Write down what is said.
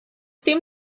dim